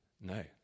no